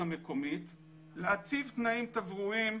מה ספקי המים צריכים לקבל,